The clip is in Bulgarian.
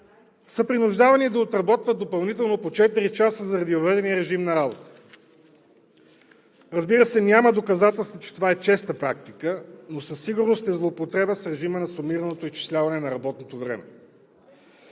са принуждавани да отработват допълнително по четири часа заради въведения режим на работа. Разбира се, няма доказателства, че това е честа практика, но със сигурност е злоупотреба с режима на сумираното изчисляване на работното време.